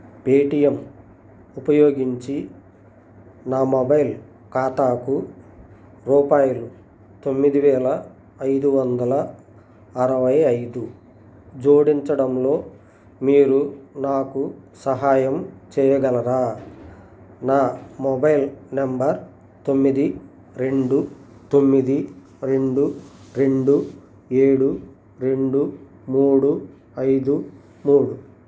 Paytm ఉపయోగించి నా mobile ఖాతాకు రూపాయలు తొమ్మిది వేల ఐదు వందల అరవై ఐదు జోడించడంలో మీరు నాకు సహాయం చెయ్యగలరా నా మొబైల్ నెంబర్ తొమ్మిది రెండు తొమ్మిది రెండు రెండు ఏడు రెండు మూడు ఐదు మూడు